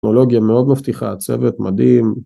טכנולוגיה מאוד מבטיחה, צוות מדהים.